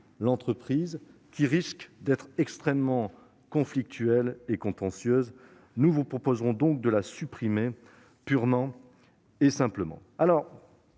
l'entreprise risquant d'être extrêmement conflictuelle et contentieuse. Nous vous proposerons donc de la supprimer purement et simplement.